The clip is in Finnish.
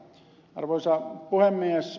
arvoisa puhemies